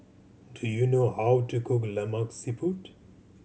do you know how to cook Lemak Siput